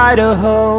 Idaho